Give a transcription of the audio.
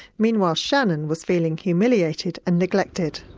meanwhile shannon was feeling humiliated and neglected.